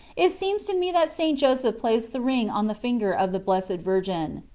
it seemed to me that st. joseph placed the ring on the finger of the blessed virgin.